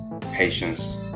patience